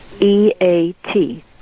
EAT